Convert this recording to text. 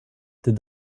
did